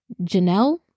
Janelle